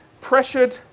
pressured